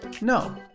no